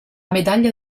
medaglia